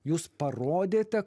jūs parodėte